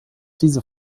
diese